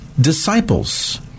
disciples